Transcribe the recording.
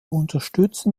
unterstützen